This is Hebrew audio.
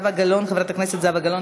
חברת הכנסת זהבה גלאון,